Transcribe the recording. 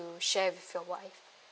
share with your wife